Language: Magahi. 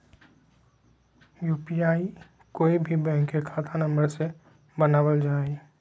यू.पी.आई कोय भी बैंक के खाता नंबर से बनावल जा हइ